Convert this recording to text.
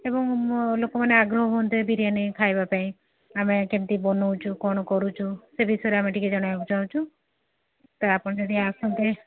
ଏବଂ ଲୋକମାନେ ଆଗ୍ରହ ହୁଅନ୍ତେ ବିରିୟାନୀ ଖାଇବା ପାଇଁ ଆମେ କେମିତି ବନଉଛୁ କ'ଣ କରୁଛୁ ସେ ବିଷୟରେ ଆମେ ଟିକେ ଜଣେଇବାକୁ ଚାହୁଁଛୁ ତ ଆପଣ ଯଦି ଆସନ୍ତେ